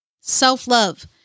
self-love